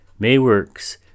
Mayworks